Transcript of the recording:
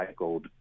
recycled